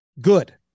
good